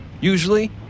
usually